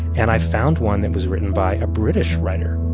and i found one that was written by a british writer